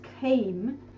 came